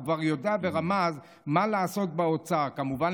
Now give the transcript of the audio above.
הוא כבר יודע ורמז מה לעשות באוצר: כמובן,